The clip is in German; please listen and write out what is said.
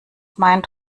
meint